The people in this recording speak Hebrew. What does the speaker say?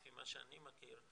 לפי מה שאני מכיר,